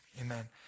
Amen